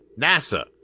NASA